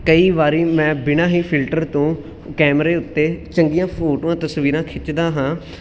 ਕਈ ਵਾਰੀ ਮੈਂ ਬਿਨਾਂ ਹੀ ਫਿਲਟਰ ਤੋਂ ਕੈਮਰੇ ਉੱਤੇ ਚੰਗੀਆਂ ਫੋਟੋਆਂ ਤਸਵੀਰਾਂ ਖਿੱਚਦਾ ਹਾਂ